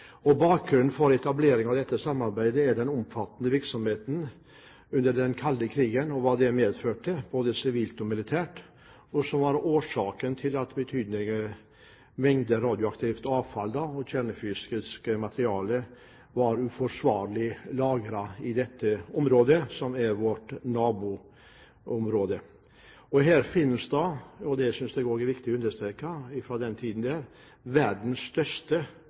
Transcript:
nok. Bakgrunnen for etableringen av dette samarbeidet er den omfattende virksomheten under den kalde krigen, både sivilt og militært, og som er årsaken til at betydelige mengder radioaktivt avfall og kjernefysisk materiale er uforsvarlig lagret i vårt naboområde. Her finnes det fra denne tiden – det synes jeg også er viktig å understreke – verdens største